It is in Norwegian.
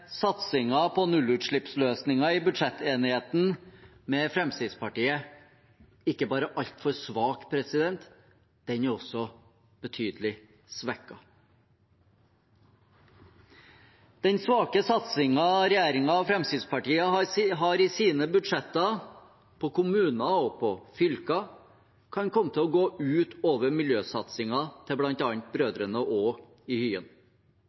på nullutslippsløsninger i budsjettenigheten med Fremskrittspartiet ikke bare altfor svak, den er også betydelig svekket. Den svake satsingen regjeringen og Fremskrittspartiet har i sine budsjetter på kommuner og på fylker, kan komme til å gå ut over miljøsatsingen til bl.a. Brødrene Aa i Hyen.